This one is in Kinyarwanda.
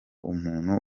umuntu